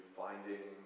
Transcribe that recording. finding